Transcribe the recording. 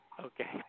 Okay